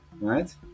right